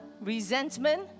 resentment